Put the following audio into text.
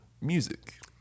music